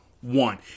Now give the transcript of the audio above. one